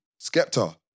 Skepta